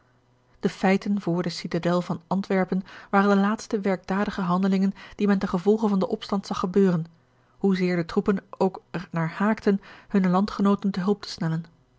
de feiten voor de citadel van antwerpen waren de laatste werkdadige handelingen die men ten gevolge van den opstand zag gebeuren hoezeer de troepen ook er naar haakten hunne landgenooten te hulp te snellen